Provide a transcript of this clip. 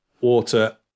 water